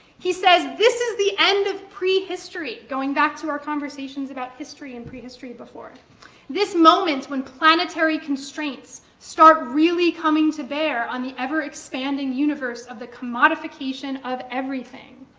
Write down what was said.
he says, this is the end of prehistory, going back to our conversations about history and prehistory before. this moment, when planetary constraints start really coming to bear on the ever-expanding universe of the commodification of everything.